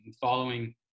following